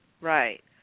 Right